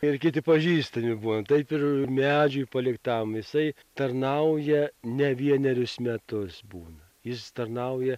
ir kiti pažįstami būna taip ir medžiui paliktam jisai tarnauja ne vienerius metus būna jis tarnauja